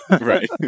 Right